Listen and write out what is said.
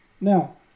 Now